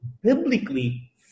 biblically